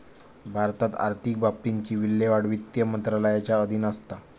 भारतात आर्थिक बाबतींची विल्हेवाट वित्त मंत्रालयाच्या अधीन असता